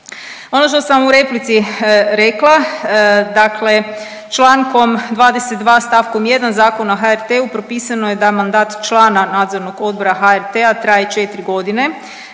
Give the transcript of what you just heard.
Ono što sam u replici rekla, dakle Člankom 22. stavkom 1. Zakona o HRT-u propisano je da mandat člana nadzornog odbora HRT-a traje 4 godine.